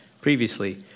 previously